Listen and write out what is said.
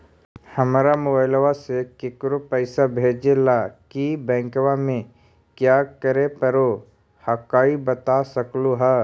हमरा मोबाइलवा से केकरो पैसा भेजे ला की बैंकवा में क्या करे परो हकाई बता सकलुहा?